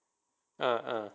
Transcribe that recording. ah ah